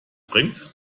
bringt